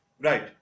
Right